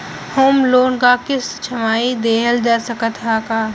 Home loan क किस्त छमाही देहल जा सकत ह का?